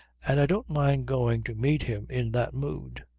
and i don't mind going to meet him in that mood.